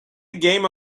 game